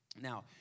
Now